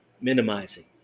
Minimizing